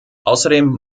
außerdem